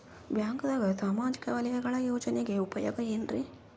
ಬ್ಯಾಂಕ್ದಾಗ ಸಾಮಾಜಿಕ ವಲಯದ ಯೋಜನೆಗಳ ಉಪಯೋಗ ಏನ್ರೀ?